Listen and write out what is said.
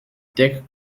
dick